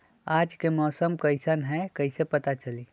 आज के मौसम कईसन हैं कईसे पता चली?